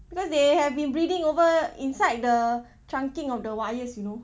because they have been breeding over inside the trunking of the wires you know